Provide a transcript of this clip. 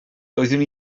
doeddwn